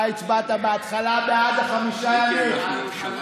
אתה הצבעת בהתחלה בעד חמישה ימים.